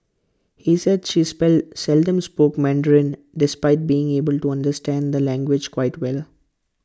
he said she spell seldom spoke Mandarin despite being able to understand the language quite well